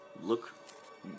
look